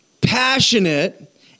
passionate